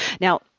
Now